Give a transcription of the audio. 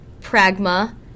pragma